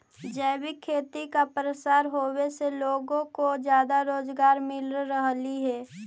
जैविक खेती का प्रसार होवे से लोगों को ज्यादा रोजगार मिल रहलई हे